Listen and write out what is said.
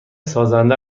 سازنده